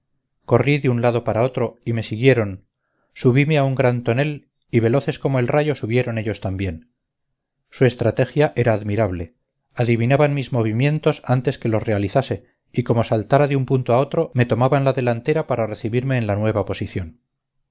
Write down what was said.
corrí de un lado para otro y me siguieron subime a un gran tonel y veloces como el rayo subieron ellos también su estrategia era admirable adivinaban mis movimientos antes de que los realizase y como saltara de un punto a otro me tomaban la delantera para recibirme en la nueva posición